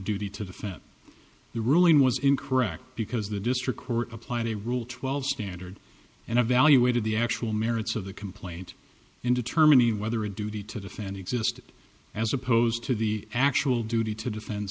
duty to defend the ruling was incorrect because the district court applied a rule twelve standard and evaluated the actual merits of the complaint in determining whether a duty to defend existed as opposed to the actual duty to defend